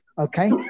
Okay